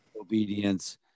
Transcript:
obedience